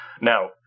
Now